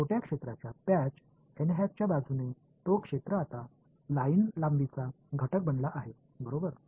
छोट्या क्षेत्राच्या पॅच च्या बाजूने तो क्षेत्र आता लाईन लांबीचा घटक बनला आहे बरोबर